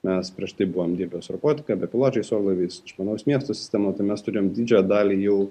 mes prieš tai buvome dirbę su robotika bepiločiais orlaiviais išmanaus miesto sistema tai mes turim didžiąją dalį jau